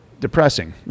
Depressing